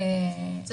זה